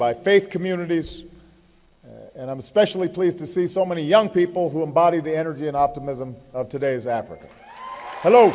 by faith communities and i'm especially pleased to see so many young people who embody the energy and optimism of today's africa hello